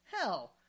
hell –